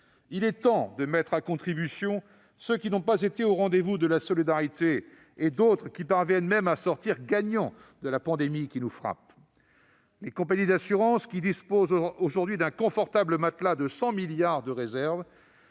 Il est temps de mettre à contribution ceux qui n'ont pas été au rendez-vous de la solidarité, et d'autres qui parviennent même à sortir gagnants de la pandémie qui nous frappe. Il s'agit, par exemple, des compagnies d'assurances, qui disposent d'un confortable matelas de 100 milliards d'euros de